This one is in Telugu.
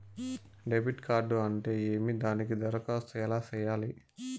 డెబిట్ కార్డు అంటే ఏమి దానికి దరఖాస్తు ఎలా సేయాలి